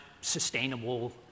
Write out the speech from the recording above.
sustainable